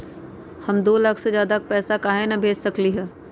हम दो लाख से ज्यादा पैसा काहे न भेज सकली ह?